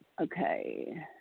Okay